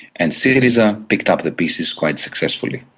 and syriza picked up the pieces quite successfully.